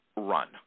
run